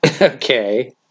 Okay